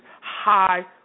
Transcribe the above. High